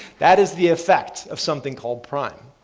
that is the effect of something called prime.